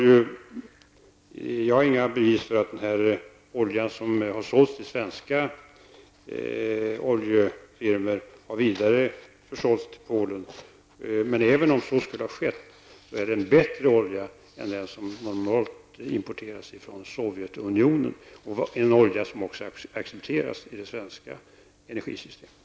Jag har inga bevis för att den olja som har sålts till svenska oljeföretag har sålts vidare till Polen. Men även om så skulle ha skett är det fråga om en bättre olja än den som normalt importeras ifrån Sovjetunionen. Det är olja som också accepteras i det svenska energisystemet.